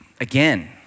again